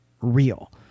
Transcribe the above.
real